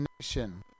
nation